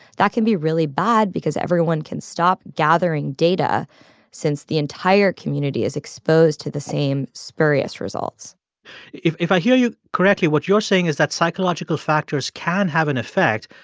that can be really bad because everyone can stop gathering data since the entire community is exposed to the same spurious results if if i hear you correctly, what you're saying is that psychological factors can have an effect,